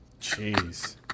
Jeez